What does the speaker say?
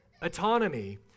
autonomy